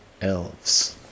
elves